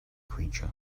creature